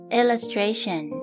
illustration